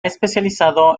especializado